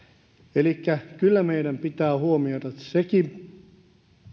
elikkä kyllä meidän pitää huomioida sekin